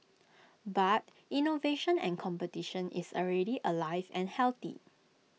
but innovation and competition is already alive and healthy